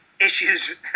issues